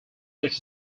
such